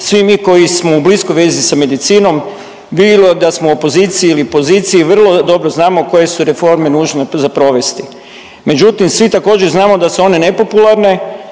Svi mi koji smo u bliskoj vezi sa medicinom bilo da smo u opoziciji ili poziciji vrlo dobro znamo koje su reforme nužne za provesti. Međutim, svi također znamo da su one nepopularne